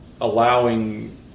allowing